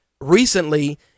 recently